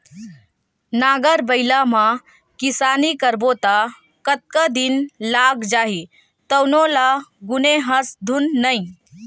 नांगर बइला म किसानी करबो त कतका दिन लाग जही तउनो ल गुने हस धुन नइ